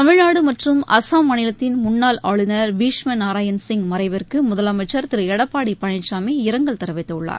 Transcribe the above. தமிழ்நாடு மற்றும் அஸ்ஸாம் மாநிலத்தின் முன்னாள் ஆளுநர் பீஷ்ம நாராயண் சிங் மறைவிற்கு முதலமைச்சர் திரு எடப்பாடி பழனிசாமி இரங்கல் தெரிவித்துள்ளார்